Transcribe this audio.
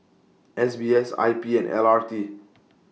S B S I P and L R T